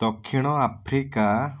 ଦକ୍ଷିଣ ଆଫ୍ରିକା